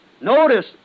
Notice